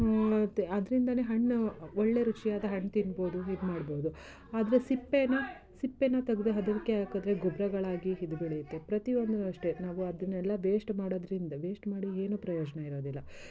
ಮತ್ತು ಅದ್ರಿಂದಲೇ ಹಣ್ಣು ಒಳ್ಳೆ ರುಚಿಯಾದ ಹಣ್ಣು ತಿನ್ಬೋದು ಇದು ಮಾಡ್ಬೋದು ಅದರ ಸಿಪ್ಪೆನ ಸಿಪ್ಪೆನ ತೆಗ್ದು ಅದಕ್ಕೆ ಹಾಕಿದ್ರೆ ಗೊಬ್ಬರಗಳಾಗಿ ಇದು ಬೆಳೆಯುತ್ತೆ ಪ್ರತಿಯೊಂದು ಅಷ್ಟೆ ನಾವು ಅದನ್ನೆಲ್ಲ ವೇಸ್ಟ್ ಮಾಡೋದರಿಂದ ವೇಸ್ಟ್ ಮಾಡಿ ಏನೂ ಪ್ರಯೋಜನ ಇರೋದಿಲ್ಲ